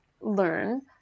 learn